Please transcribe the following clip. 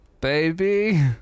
baby